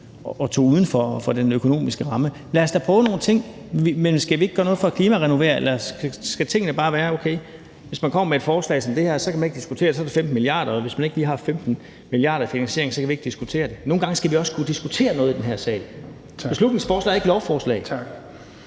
og tog uden for den økonomiske ramme. Lad os da prøve nogle ting. Skal vi ikke gøre noget for at klimarenovere, eller skal tingene bare være sådan: Okay, hvis man kommer med et forslag som det her, kan man ikke diskutere det, for det er 15 mia. kr., og hvis man ikke lige har 15 mia. kr. i finansiering, kan vi ikke diskutere det? Nogle gange skal vi også kunne diskutere noget i den her sal. Beslutningsforslag er ikke lovforslag. Kl.